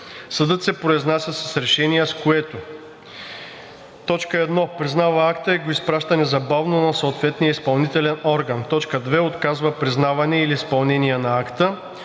съдът се произнася с решение, с което: 1. признава акта и го изпраща незабавно на съответния изпълнителен орган; 2. отказва признаване или изпълнение на акта;